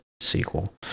sequel